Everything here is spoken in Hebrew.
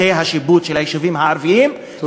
שטחי השיפוט של היישובים הערביים, תודה.